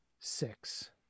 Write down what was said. Six